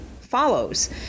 follows